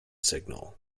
signal